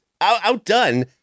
outdone